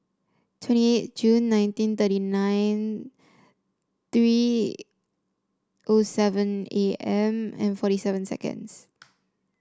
twenty eight Jun nineteen thirty nine three O seven A M and forty seven seconds